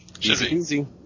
Easy